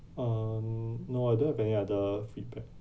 um no I don't have any other feedback